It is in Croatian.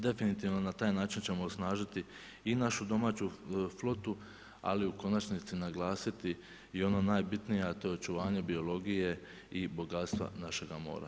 Definitivno na taj način ćemo osnažiti i našu domaću flotu ali u konačnici i naglasiti i ono najbitnije a to je očuvanje biologije i bogatstva našega mora.